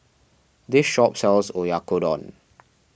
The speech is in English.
this shop sells Oyakodon